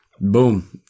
Boom